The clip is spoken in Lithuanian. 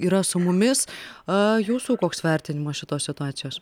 yra su mumis a jūsų koks vertinimas šitos situacijos